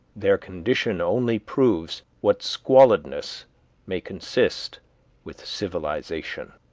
their condition only proves what squalidness may consist with civilization.